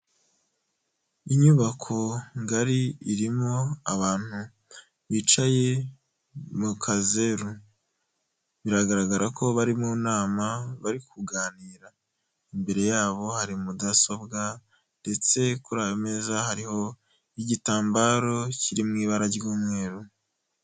Inyubako ngari irimo abantu bicaye mu mukazeru biragaragara ko bari mu nama bari kuganira imbere yabo hari mudasobwa ndetse kuri ayo meza hariho igitambaro kiri mu ibara ry'umweru.